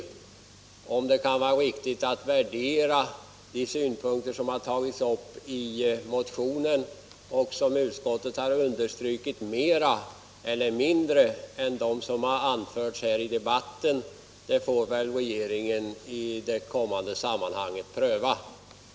Men om det kan vara riktigt att värdera de synpunkter som har tagits upp i motionen och som utskottet har understrukit mer eller mindre än det som har anförts här i debatten får väl regeringen närmare pröva.